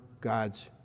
god's